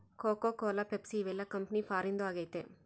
cocoa Cola Pepsi ಇವೆಲ್ಲ company ಫಾರಿನ್ದು ಆಗೈತೆ